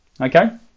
Okay